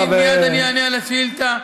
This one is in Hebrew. אני מייד אענה על השאילתה.